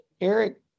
Eric